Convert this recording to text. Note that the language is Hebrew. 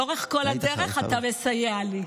לאורך כל הדרך אתה מסייע לי.